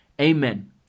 Amen